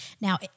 Now